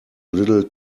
little